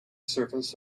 surface